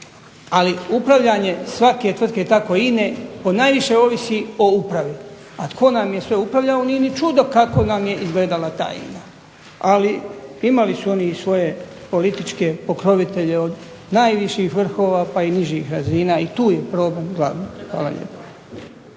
Ali upravljanje svake tvrtke tako i INA-e ponajviše ovisi o upravi, a tko nam je sve upravljao nije ni čudo kako nam je izgledala ta INA. Ali imali su oni i svoje političke pokrovitelje od najviših vrhova, pa i nižih razina i tu je problem glavni. Hvala lijepo.